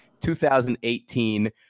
2018